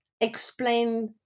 explain